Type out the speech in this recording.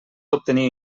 obtenir